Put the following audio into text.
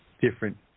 different